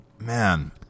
Man